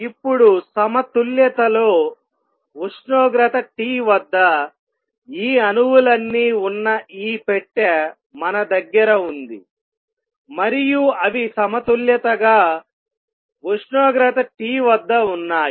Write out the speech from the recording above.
ఇప్పుడు సమతుల్యతలో ఉష్ణోగ్రత T వద్ద ఈ అణువులన్నీ ఉన్న ఈ పెట్టె మన దగ్గర ఉంది మరియు అవి సమతుల్యతగా ఉష్ణోగ్రత T వద్ద ఉన్నాయి